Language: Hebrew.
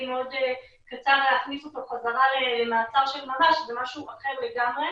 מאוד קצר להכניס אותו חזרה למעצר של ממש זה משהו אחר לגמרי.